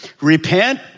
Repent